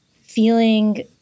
feeling